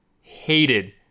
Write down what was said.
hated